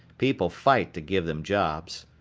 people fight to give them jobs.